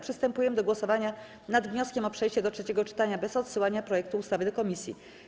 Przystępujemy do głosowania nad wnioskiem o przejście do trzeciego czytania bez odsyłania projektu ustawy do komisji.